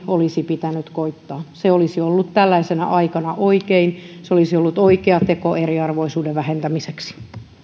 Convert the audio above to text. olisi pitänyt koittaa se olisi ollut tällaisena aikana oikein se olisi ollut oikea teko eriarvoisuuden vähentämiseksi